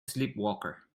sleepwalker